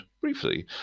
briefly